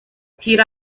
تیر